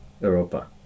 europa